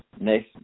Next